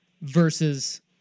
versus